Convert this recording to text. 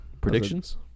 Predictions